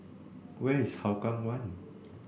where is Hougang One